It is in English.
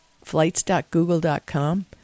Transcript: flights.google.com